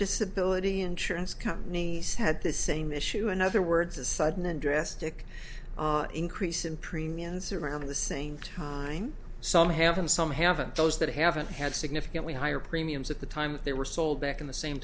disability insurance companies had this same issue in other words a sudden and drastic increase in premiums around the same time some have been some haven't those that haven't had significantly higher premiums at the time they were sold back in the same